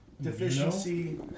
Deficiency